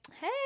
hey